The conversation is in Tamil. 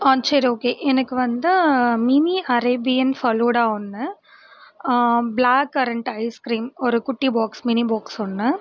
ஆ சரி ஓகே எனக்கு வந்து மினி ஹரேபியன் ஃபலூடா ஒன்று ப்ளாக் கரண்ட் ஐஸ்க்ரீம் ஒரு குட்டி பாக்ஸ் மினி பாக்ஸ் ஒன்று